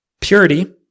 Purity